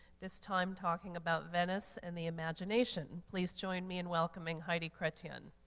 this time, talking about venice and the imagination. please join me in welcoming heidi chretien.